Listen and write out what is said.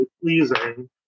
Pleasing